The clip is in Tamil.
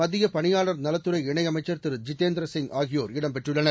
மத்திய பணியாளர் நலத்துறை இணையமைச்சர் திரு ஜிதேந்திர சிங் ஆகியோர் இடம்பெற்றுள்ளனர்